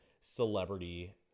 celebrity